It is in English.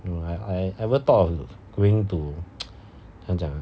you know I I ever thought of going to 怎样讲